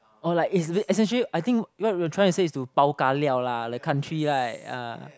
or like is is actually I think what you're trying to say is to Bao Ka Liao lah like country right ah